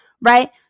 Right